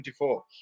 24